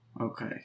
Okay